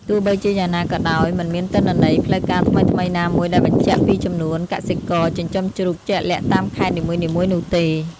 ទោះបីជាយ៉ាងណាក៏ដោយ មិនមានទិន្នន័យផ្លូវការថ្មីៗណាមួយដែលបញ្ជាក់ពីចំនួនកសិករចិញ្ចឹមជ្រូកជាក់លាក់តាមខេត្តនីមួយៗនោះទេ។